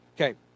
Okay